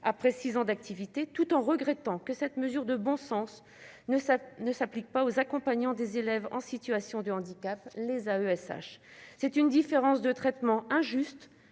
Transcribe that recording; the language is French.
après six ans d'activité, tout en regrettant que cette mesure de bon sens ne s'applique pas aux accompagnants d'élèves en situation de handicap (AESH). C'est une différence de traitement injuste,